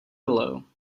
below